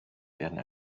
werden